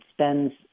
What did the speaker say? spends